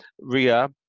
Ria